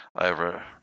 over